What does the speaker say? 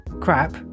crap